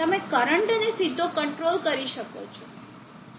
તમે કરંટને સીધો કંટ્રોલ કરી શકો છો